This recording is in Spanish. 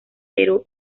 pero